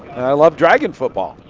and i love dragon football.